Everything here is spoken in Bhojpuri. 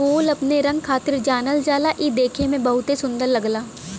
फूल अपने रंग खातिर जानल जाला इ देखे में बहुते सुंदर लगला